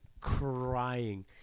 crying